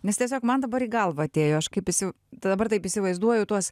nes tiesiog man dabar į galvą atėjo aš kaip įsi dabar taip įsivaizduoju tuos